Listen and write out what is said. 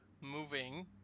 moving